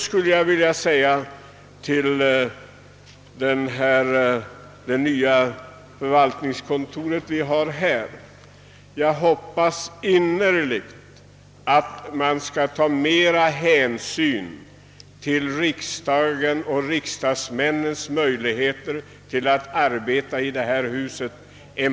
Med adress till det nya förvaltningskontoret vill jag sedan säga att jag innerligt hoppas att man där mer än vad hittills skett skall ta hänsyn till riksdagsmännens arbetsmöjligheter här i huset.